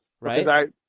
Right